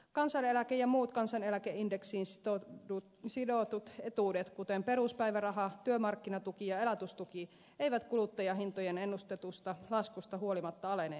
kansaneläke ja muut kansaneläkeindeksiin sidotut etuudet kuten peruspäiväraha työmarkkinatuki ja elatustuki eivät kuluttajahintojen ennustetusta laskusta huolimatta alene ensi vuonna